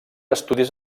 estudis